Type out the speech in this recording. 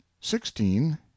sixteen